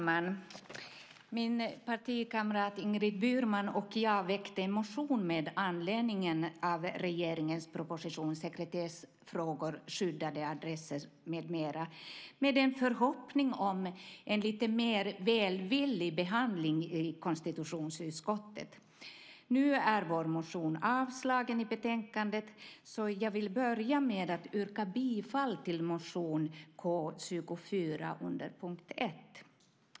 Fru talman! Min partikamrat Ingrid Burman och jag väckte en motion med anledning av regeringens proposition Sekretessfrågor - Skyddade adresser, m.m. med en förhoppning om en lite mer välvillig behandling i konstitutionsutskottet. Nu avstyrks vår motion i betänkandet, så jag vill börja med att yrka bifall till motion K24 under punkt 1.